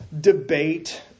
debate